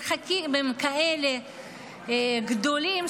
המרחקים הם כאלה גדולים,